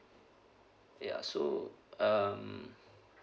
ya so um